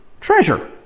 treasure